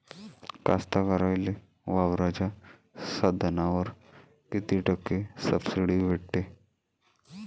कास्तकाराइले वावराच्या साधनावर कीती टक्के सब्सिडी भेटते?